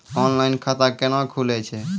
Online खाता केना खुलै छै?